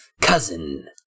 Cousin